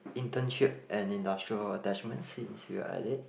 internship and industrial attachments since we are at it